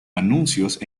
anuncios